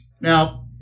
Now